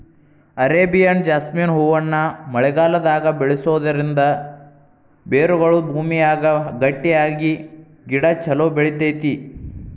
Arabian jasmine ಹೂವನ್ನ ಮಳೆಗಾಲದಾಗ ಬೆಳಿಸೋದರಿಂದ ಬೇರುಗಳು ಭೂಮಿಯಾಗ ಗಟ್ಟಿಯಾಗಿ ಗಿಡ ಚೊಲೋ ಬೆಳಿತೇತಿ